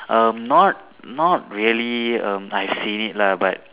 um not not really um I seen it lah but